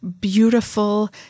beautiful